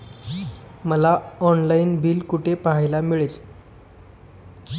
मला online bill कुठे पाहायला मिळेल?